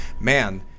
man